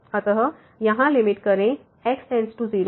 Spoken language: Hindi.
अतः यहाँ लिमिट करें x→0 को